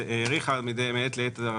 ההסדר שנקבע בחוק לפני כשלוש שנים לגבי